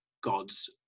God's